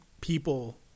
people